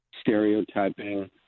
stereotyping